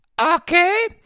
Okay